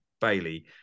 Bailey